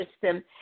system